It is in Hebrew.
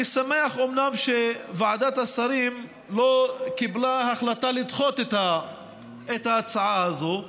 אני אומנם שמח שוועדת השרים לא קיבלה החלטה לדחות את ההצעה הזאת,